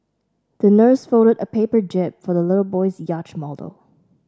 the nurse folded a paper jib for the little boy's yacht model